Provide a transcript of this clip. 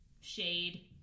Shade